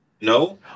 No